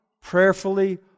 prayerfully